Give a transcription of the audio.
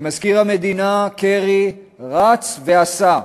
ומזכיר המדינה קרי רץ ועשה,